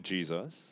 Jesus